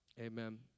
Amen